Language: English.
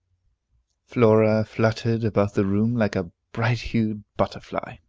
flora fluttered about the room like a bright-hued butterfly,